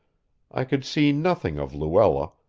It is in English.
i could see nothing of luella,